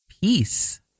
Peace